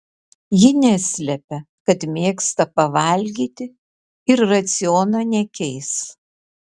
ji neslepia kad mėgsta pavalgyti ir raciono nekeis